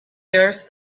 years